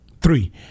Three